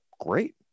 great